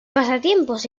pasatiempos